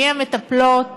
מי המטפלות?